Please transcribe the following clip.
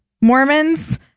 Mormons